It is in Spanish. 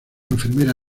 enfermera